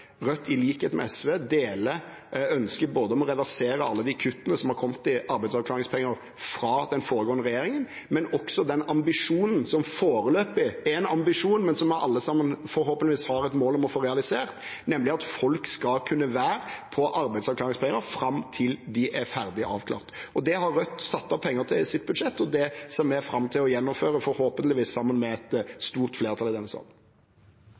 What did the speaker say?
Rødt i likhet med SV deler ønsket både om å reversere alle de kuttene som har kommet i arbeidsavklaringspenger fra den foregående regjering, og også den ambisjonen som foreløpig er en ambisjon, men som vi alle sammen forhåpentligvis har et mål om å få realisert, nemlig at folk skal kunne være på arbeidsavklaringspenger fram til de er ferdig avklart. Det har Rødt satt av penger til i sitt budsjett, og det ser vi fram til å gjennomføre, forhåpentligvis sammen med et stort flertall i denne salen.